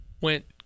went